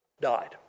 died